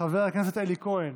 חבר הכנסת אלי כהן,